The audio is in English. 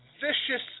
vicious